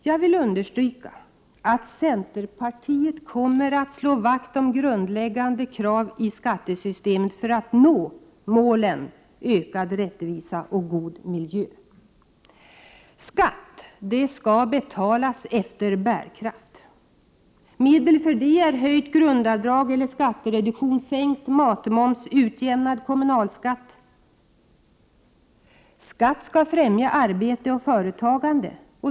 Jag vill understryka att centerpartiet kommer att slå vakt om grundläggande krav i skattesystemet för att nå målen ökad rättvisa och god miljö. Skatt skall betalas efter bärkraft. Medel för det är höjt grundavdrag eller skattereduktion, sänkt matmoms, utjämnad kommunalskatt. Skatt skall främja arbete och företagande.